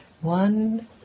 One